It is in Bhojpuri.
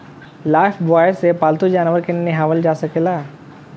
लाइफब्वाय से पाल्तू जानवर के नेहावल जा सकेला